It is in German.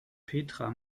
petra